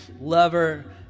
lover